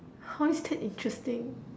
how is that interesting